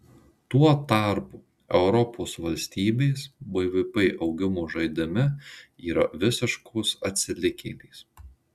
tuo tarpu europos valstybės bvp augimo žaidime yra visiškos atsilikėlės